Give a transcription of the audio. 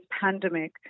pandemic